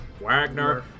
Wagner